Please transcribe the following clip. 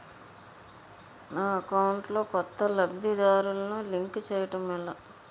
నా అకౌంట్ లో కొత్త లబ్ధిదారులను లింక్ చేయటం ఎలా?